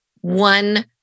one